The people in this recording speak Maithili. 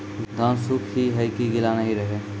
धान सुख ही है की गीला नहीं रहे?